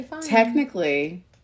technically